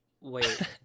Wait